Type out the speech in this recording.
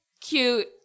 cute